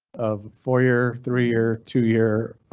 of four year, three year, two year,